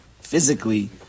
Physically